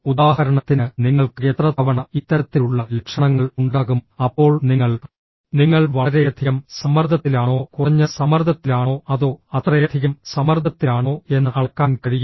ഉദാഹരണത്തിന് നിങ്ങൾക്ക് എത്ര തവണ ഇത്തരത്തിലുള്ള ലക്ഷണങ്ങൾ ഉണ്ടാകും അപ്പോൾ നിങ്ങൾ നിങ്ങൾ വളരെയധികം സമ്മർദ്ദത്തിലാണോ കുറഞ്ഞ സമ്മർദ്ദത്തിലാണോ അതോ അത്രയധികം സമ്മർദ്ദത്തിലാണോ എന്ന് അളക്കാൻ കഴിയും